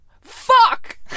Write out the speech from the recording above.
Fuck